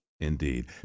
Indeed